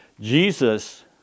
Jesus